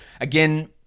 Again